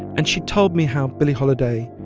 and she told me how billie holiday,